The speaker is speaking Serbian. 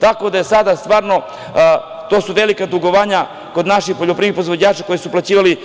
Tako da je sada stvarno, to su velika dugovanja kod naših poljoprivrednih proizvođača koji su uplaćivali